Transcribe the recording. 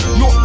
no